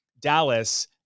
Dallas